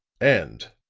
and,